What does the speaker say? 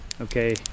okay